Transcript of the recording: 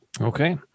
Okay